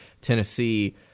Tennessee